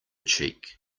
cheek